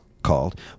called